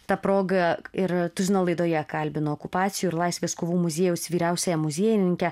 ta proga ir tuzino laidoje kalbinu okupacijų ir laisvės kovų muziejaus vyriausiąją muziejininkę